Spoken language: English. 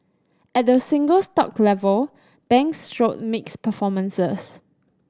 at the single stock level banks showed mixed performances